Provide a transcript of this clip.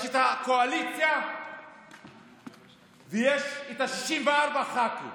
יש את הקואליציה ויש את 64 הח"כים